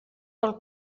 del